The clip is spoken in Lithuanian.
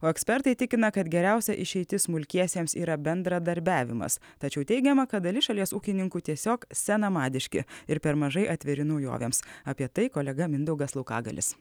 o ekspertai tikina kad geriausia išeitis smulkiesiems yra bendradarbiavimas tačiau teigiama kad dalis šalies ūkininkų tiesiog senamadiški ir per mažai atviri naujovėms apie tai kolega mindaugas laukagalis